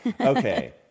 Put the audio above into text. okay